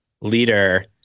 leader